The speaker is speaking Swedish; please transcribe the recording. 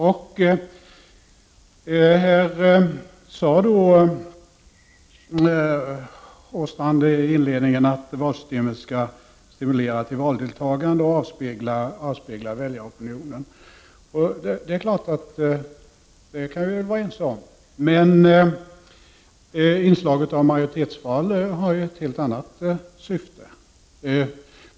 Göran Åstrand sade att valsystemet skall stimulera till valdeltagande och avspegla väljaropinionen. Det kan vi självfallet vara ense om, men inslaget av majoritetsval har ett helt annat syfte.